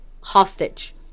hostage